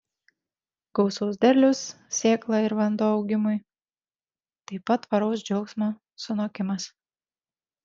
gausaus derliaus sėkla ir vanduo augimui taip pat tvaraus džiaugsmo sunokimas